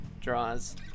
Draws